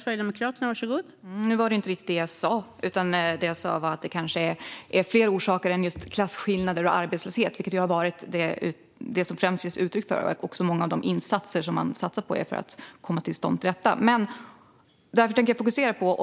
Fru talman! Nu var det inte riktigt det jag sa. Det jag sa var att det kanske finns fler orsaker än just klasskillnader och arbetslöshet, vilket ju har varit de orsaker som det främst getts uttryck för. Många av de insatser som man satsar på är också avsedda att komma till rätta med just de orsakerna. Därför tänker jag fokusera på detta.